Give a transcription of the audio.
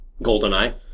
GoldenEye